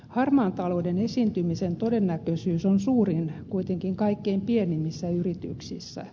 harmaan talouden esiintymisen todennäköisyys on suurin kuitenkin kaikkein pienimmissä yrityksissä